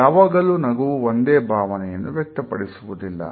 ಯಾವಾಗಲೂ ನಗುವು ಒಂದೇ ಭಾವನೆಯನ್ನು ವ್ಯಕ್ತಪಡಿಸುವುದಿಲ್ಲ